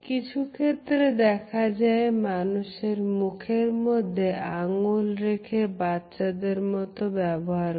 কিছু ক্ষেত্রে দেখা যায় মানুষ মুখের মধ্যে আঙ্গুল রেখে বাচ্চাদের মত ব্যবহার করে